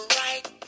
right